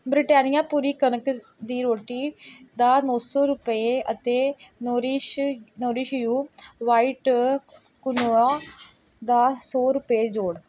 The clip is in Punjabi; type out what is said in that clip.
ਬ੍ਰਿਟਾਨੀਆ ਪੂਰੀ ਕਣਕ ਦੀ ਰੋਟੀ ਦਾ ਨੋਂ ਸੌ ਰੁਪਏ ਅਤੇ Nourish Nourish You white quinoa ਦਾ ਸੌ ਰੁਪਏ ਜੋੜ